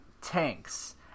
tanks